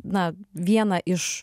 na vieną iš